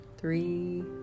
three